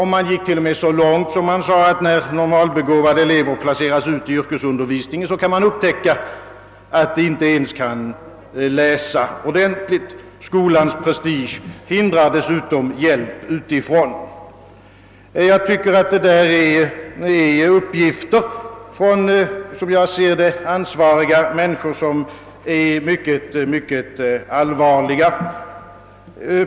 Man gick till och med så långt att man sade att när normalbegåvade elever placeras i yrkesundervisningen, kan det upptäckas att de inte ens kan läsa ordentligt. Skolans prestige hindrar dessutom hjälp utifrån. Jag tycker att detta är mycket allvarliga uppgifter från, som jag ser det, ansvariga människor.